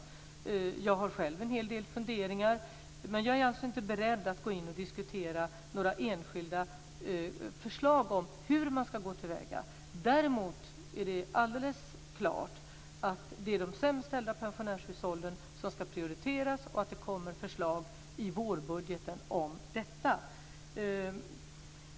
Själv har jag en hel del funderingar men jag är alltså inte beredd att diskutera enskilda förslag om hur man ska gå till väga. Däremot är det alldeles klart att det är de sämst ställda pensionärshushållen som ska prioriteras och att det kommer förslag i vårbudgeten om detta.